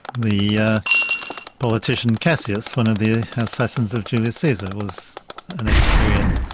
the politician, cassius, one of the assassins of julius caesar was an epicurean.